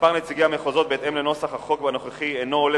מספר נציגי המחוזות בהתאם לנוסח החוק הנוכחי אינו עולה